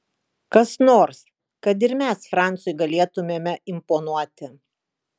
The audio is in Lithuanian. kas nors kad ir mes francui galėtumėme imponuoti